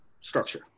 structure